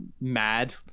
Mad